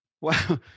Wow